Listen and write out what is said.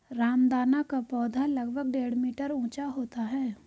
रामदाना का पौधा लगभग डेढ़ मीटर ऊंचा होता है